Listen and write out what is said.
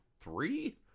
three